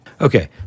Okay